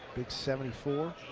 seventy four.